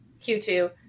Q2